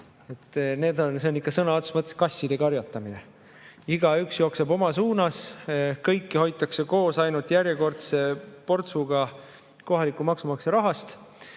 See on ikka sõna otseses mõttes kasside karjatamine. Igaüks jookseb oma suunas, kõiki hoitakse koos ainult järjekordse portsuga kohaliku maksumaksja rahast,